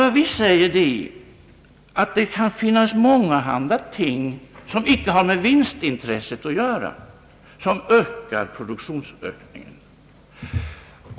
Vad vi säger är att det kan finnas mångahanda ting som icke har med vinstintresset att göra som ökar produktionen.